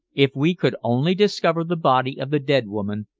if we could only discover the body of the dead woman,